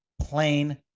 Plain